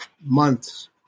months